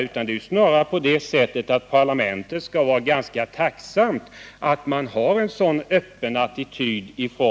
Snarare skall parlamentet vara tacksamt för att man i regeringskretsen har en så öppen attityd.